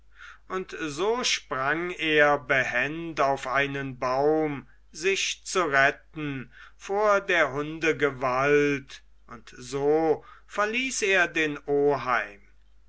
und so sprang er behend auf einen baum sich zu retten vor der hunde gewalt und so verließ er den oheim